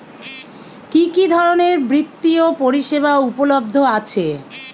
কি কি ধরনের বৃত্তিয় পরিসেবা উপলব্ধ আছে?